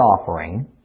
offering